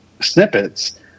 snippets